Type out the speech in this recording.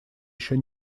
еще